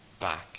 back